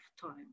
time